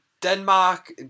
Denmark